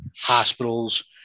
hospitals